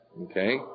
Okay